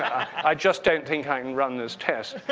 i just don't think i can run this test.